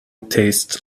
tastes